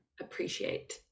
appreciate